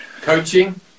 coaching